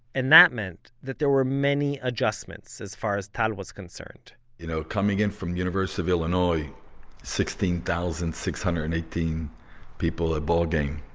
and that meant that there were many adjustments as far as tal was concerned you know, coming in from university of illinois sixteen thousand six hundred and eighteen people at a ball game,